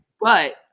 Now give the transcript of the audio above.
But-